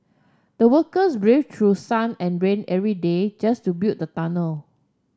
the workers braved through sun and rain every day just to build the tunnel